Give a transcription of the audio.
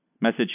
Message